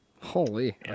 Holy